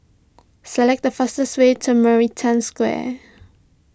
select the fastest way to Maritime Square